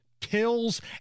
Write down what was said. pills